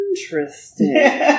interesting